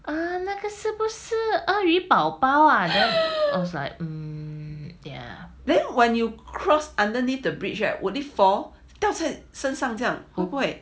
then when you cross underneath the bridge will it fall 上这样会不会掉掉在身上